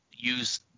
Use